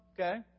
Okay